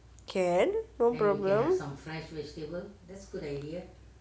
can no problem